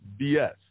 BS